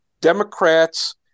Democrats